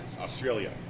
Australia